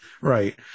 right